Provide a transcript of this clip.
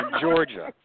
Georgia